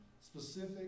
specific